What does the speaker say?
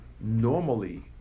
normally